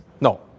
No